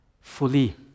fully